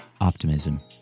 optimism